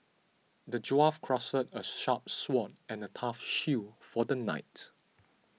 the dwarf crafted a sharp sword and a tough shield for the knight